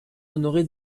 honoré